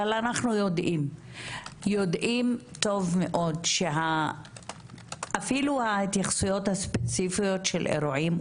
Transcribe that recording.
אבל אנחנו יודעים טוב מאוד אפילו ההתייחסויות הספציפיות של אירועים,